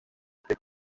uriya